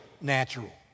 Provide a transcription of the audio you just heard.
natural